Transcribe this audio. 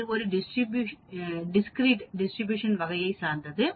இது ஒரு discrete distribution வகையை சார்ந்தது